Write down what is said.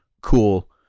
cool